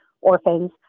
orphans